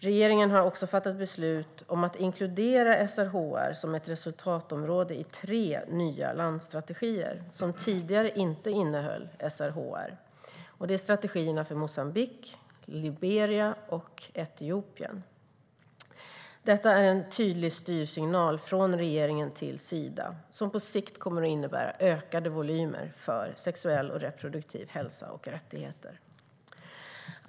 Regeringen har också fattat beslut om att inkludera SRHR som ett resultatområde i tre nya landstrategier som tidigare inte innehöll SRHR. Det är strategierna för Moçambique, Liberia och Etiopien. Detta är en tydlig styrsignal från regeringen till Sida som på sikt kommer att innebära ökade volymer för sexuell och reproduktiv hälsa och rättigheter.